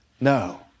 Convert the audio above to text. No